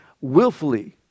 willfully